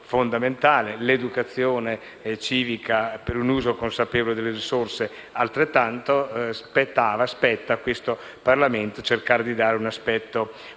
l'educazione civica per un uso consapevole delle risorse altrettanto. Spetta a questo Parlamento cercare di dare un aspetto